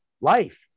life